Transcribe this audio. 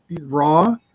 Raw